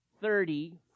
thirty